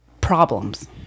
problems